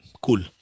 cool